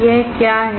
यह क्या है